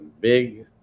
big